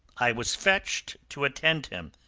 i was fetched to attend him.